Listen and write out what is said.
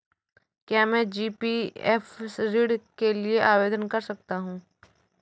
क्या मैं जी.पी.एफ ऋण के लिए आवेदन कर सकता हूँ?